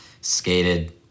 skated